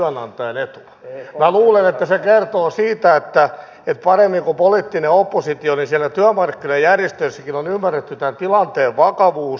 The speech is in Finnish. minä luulen että se kertoo siitä että paremmin kuin poliittinen oppositio niin siellä työmarkkinajärjestöissäkin on ymmärretty tämä tilanteen vakavuus